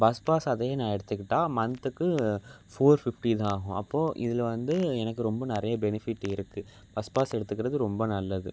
bus pass அதே நான் எடுத்துக்கிட்டால் மந்த்துக்கு ஃபோர் ஃபிஃப்ட்டி தான் ஆகும் அப்போது இதில் வந்து எனக்கு ரொம்ப நிறைய பெனிஃபிட் இருக்குது பஸ் பாஸ் எடுத்துக்கிறது ரொம்ப நல்லது